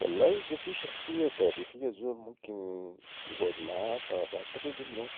والله إذا في شخصية تاريخية الزول ممكن يقعد معاها بعتقد انويعني